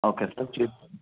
okay cheap